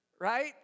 right